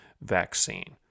vaccine